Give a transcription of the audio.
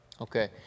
Okay